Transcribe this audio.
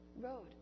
road